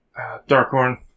Darkhorn